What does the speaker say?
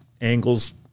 angles